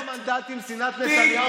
כמה מנדטים שנאת נתניהו מביאה לך?